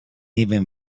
even